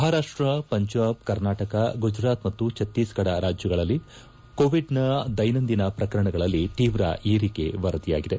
ಮಹಾರಾಪ್ಷ ಪಂಜಾಬ್ ಕರ್ನಾಟಕ ಗುಜರಾತ್ ಮತ್ತು ಛತ್ತಿಸ್ಫಡ ರಾಜ್ಯಗಳಲ್ಲಿ ಕೋವಿಡ್ನ ದೈನಂದಿನ ಪ್ರಕರಣಗಳಲ್ಲಿ ತೀವ್ರ ಏರಿಕೆ ವರದಿಯಾಗಿದೆ